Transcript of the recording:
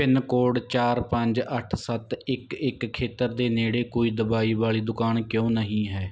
pin code ਚਾਰ ਪੰਜ ਅੱਠ ਸੱਤ ਇੱਕ ਇੱਕ ਖੇਤਰ ਦੇ ਨੇੜੇ ਕੋਈ ਦਵਾਈ ਵਾਲੀ ਦੁਕਾਨ ਕਿਉਂ ਨਹੀਂ ਹੈ